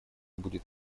будет